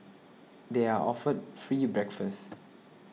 they are offered free breakfast